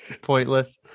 pointless